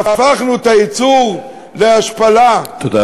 הפכנו את הייצור להשפלה, תודה רבה, אדוני.